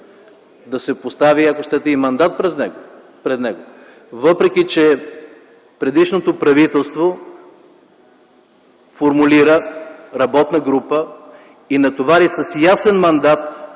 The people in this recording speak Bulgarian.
да се постави, ако щете, и мандат пред него, въпреки че предишното правителство формира работна група и натовари с ясен мандат